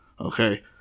okay